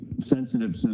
sensitive